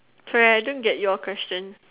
sorry I don't get your question